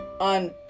on